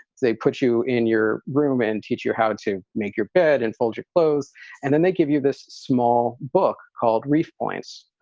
they put you in your room and teach you how and to make your bed and fold your clothes and then they give you this small book called reef points,